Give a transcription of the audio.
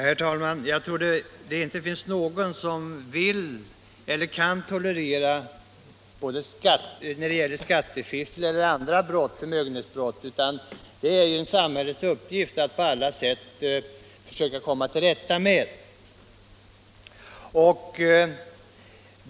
Herr talman! Jag tror inte att det finns någon som vill eller kan tolerera skattefiffel eller andra förmögenhetsbrott, utan alla anser att det är samhällets uppgift att på olika sätt försöka komma till rätta med den brottsligheten.